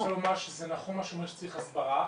רק אני רוצה לומר שזה נכון שצריך הסברה,